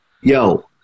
Yo